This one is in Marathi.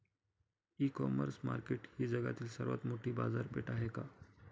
इ कॉमर्स मार्केट ही जगातील सर्वात मोठी बाजारपेठ आहे का?